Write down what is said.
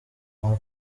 nta